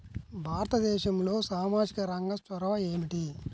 భారతదేశంలో సామాజిక రంగ చొరవ ఏమిటి?